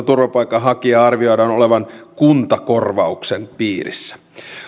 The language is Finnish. turvapaikanhakijan arvioidaan olevan kuntakorvauksen piirissä